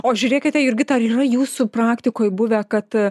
o žiūrėkite jurgita ar yra jūsų praktikoj buvę kad